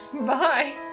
Bye